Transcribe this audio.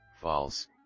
false